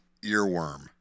earworm